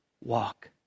walk